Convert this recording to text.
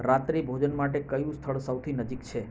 રાત્રિભોજન માટે કયું સ્થળ સૌથી નજીક છે